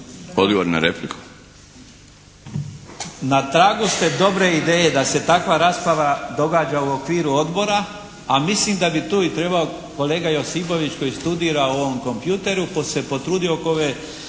Odgovor na repliku.